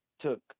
took